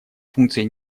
функций